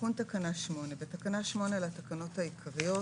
תיקון תקנה 8 בתקנה 8 לתקנות העיקריות,